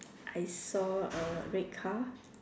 I saw a red car